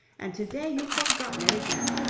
and to-day you've forgotten it again.